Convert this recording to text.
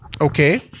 Okay